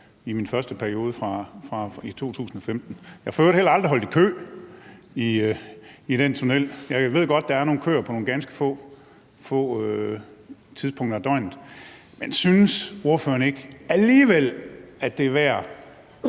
Storkreds, altså fra 2015. Jeg har for øvrigt heller aldrig holdt i kø i den tunnel. Jeg ved godt, der er nogle køer på nogle ganske få tidspunkter af døgnet, men synes ordføreren ikke alligevel, at det er værd